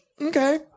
Okay